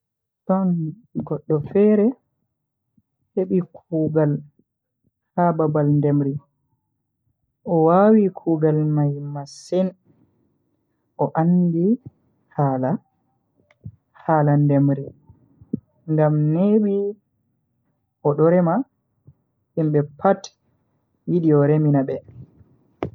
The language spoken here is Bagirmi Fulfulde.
Don goddo fere hebi kuugal ha babal ndemri, o wawi kugaal mai masin. O andi hala hala ndemri ngam nebi odo rema himbe pat yidi o remina be.